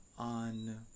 on